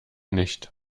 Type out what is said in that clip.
nicht